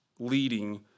leading